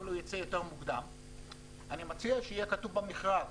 אני מציע שיהיה כתוב במכרז